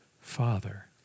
Father